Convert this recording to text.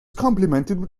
complimented